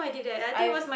I've